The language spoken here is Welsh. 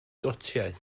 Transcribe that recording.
gotiau